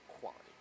quality